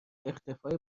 اختفاء